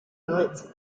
nights